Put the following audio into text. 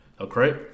okay